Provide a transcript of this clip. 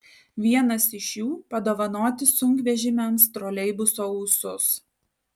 vienas iš jų padovanoti sunkvežimiams troleibuso ūsus